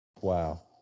Wow